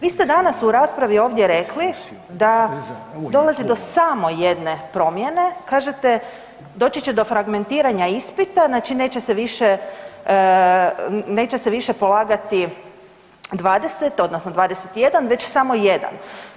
Vi ste danas u raspravi ovdje rekli da dolazi do samo jedne promjene, kažete doći će do fragmentiranja ispita, znači neće se više polagati 20 odnosno 21 već samo jedan.